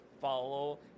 follow